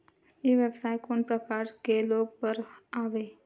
ई व्यवसाय कोन प्रकार के लोग बर आवे?